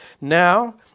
Now